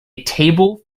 table